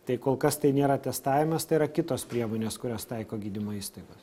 tai kol kas tai nėra testavimas tai yra kitos priemonės kurias taiko gydymo įstaigos